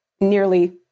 nearly